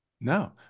No